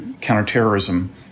counterterrorism